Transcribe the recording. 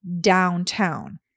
downtown